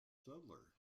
settler